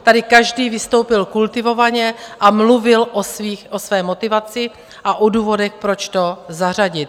Tady každý vystoupil kultivovaně a mluvil o své motivaci a o důvodech, proč to zařadit.